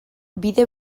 bide